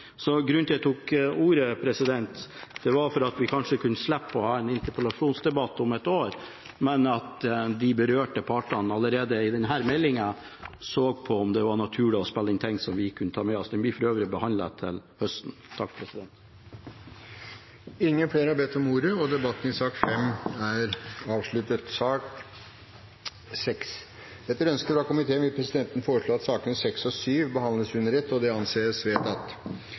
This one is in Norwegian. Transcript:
Så grunnen til at jeg tok ordet, var at vi kanskje kunne slippe å ha en interpellasjonsdebatt om et år, men at de partene som blir berørt av denne meldingen, allerede nå så på om det var naturlig å spille inn ting som vi kunne ta med oss. Meldingen blir for øvrig behandlet til høsten. Flere har ikke bedt om ordet til sak nr. 5. Etter ønske fra transport- og kommunikasjonskomiteen vil presidenten foreslå at sakene nr. 6 og 7 behandles under ett. – Det anses vedtatt.